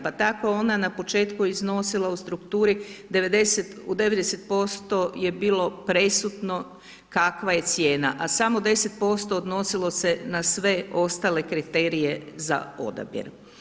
Pa tako je ona na početku iznosila u strukturi u 90% je bilo presudno kakva je cijena, a samo 10% odnosilo se na sve ostale kriterije za odabir.